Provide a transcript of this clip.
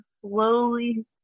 slowly